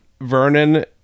vernon